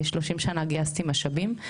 ו-30 שנה גייסתי משאבים,